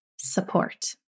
support